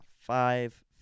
five